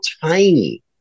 tiny